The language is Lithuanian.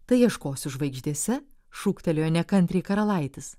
tai ieškosiu žvaigždėse šūktelėjo nekantriai karalaitis